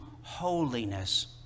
holiness